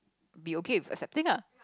be okay with accepting ah